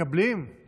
מקבלים, מקבלים?